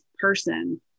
person